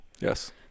Yes